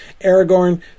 Aragorn